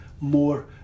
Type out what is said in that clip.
more